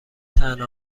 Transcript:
طعنه